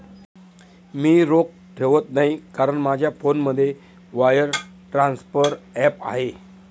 मी रोख ठेवत नाही कारण माझ्या फोनमध्ये वायर ट्रान्सफर ॲप आहे